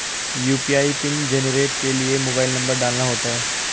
UPI PIN generate के लिए mobile number डालना होता है